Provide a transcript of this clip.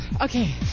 Okay